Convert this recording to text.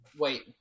Wait